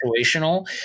situational